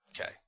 Okay